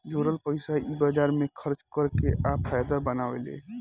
जोरल पइसा इ बाजार मे खर्चा कर के आ फायदा बनावेले